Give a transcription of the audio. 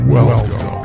Welcome